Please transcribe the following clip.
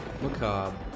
macabre